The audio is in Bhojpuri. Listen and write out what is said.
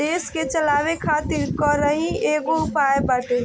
देस के चलावे खातिर कर ही एगो उपाय बाटे